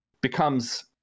becomes